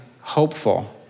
hopeful